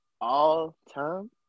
all-time